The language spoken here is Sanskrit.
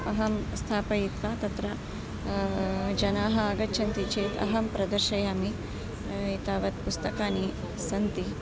अहं स्थापयित्वा तत्र जनाः आगच्छन्ति चेत् अहं प्रदर्शयामि एतावत् पुस्तकानि सन्ति